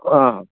आ